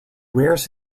wears